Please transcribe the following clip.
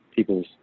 People's